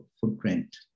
footprint